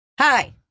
Hi